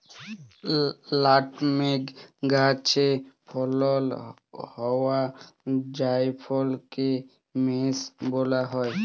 nutmeg গাহাচে ফলল হউয়া জাইফলকে মেস ব্যলা হ্যয়